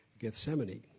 Gethsemane